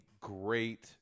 great